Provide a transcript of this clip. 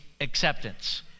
acceptance